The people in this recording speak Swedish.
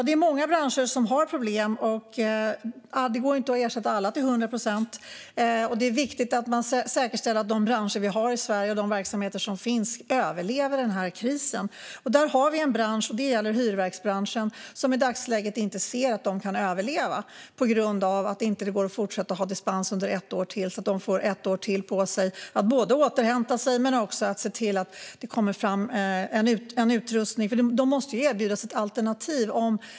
Det är många branscher som har problem. Det går inte att ersätta alla till 100 procent. Det är viktigt att man säkerställer att de branscher vi har i Sverige och de verksamheter som finns överlever krisen. Hyrverksbranschen ser i dagsläget inte att den kan överleva på grund av att det inte går att fortsätta att ha dispens under ett år till så att den får ett år till på sig att återhämta sig och se till att det kommer fram en utrustning. Den måste kunna erbjudas ett alternativ.